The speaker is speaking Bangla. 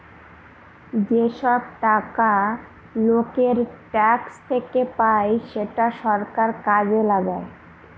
যেসব টাকা লোকের ট্যাক্স থেকে পায় সেটা সরকার কাজে লাগায়